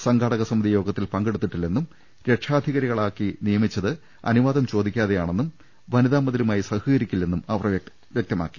സംഘാടക സമിതി യോഗത്തിൽ പങ്കെടുത്തിട്ടില്ലെന്നും രക്ഷാധികാരിക ളാക്കി നിയമിച്ചത് അനുവാദം ചോദിക്കാതെയാണെന്നും വനിതാ മതിലു മായി സഹകരിക്കില്ലെന്നും അവർ വ്യക്തമാക്കി